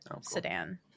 sedan